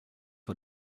for